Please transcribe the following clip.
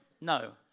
no